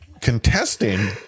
contesting